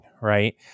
right